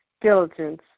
diligence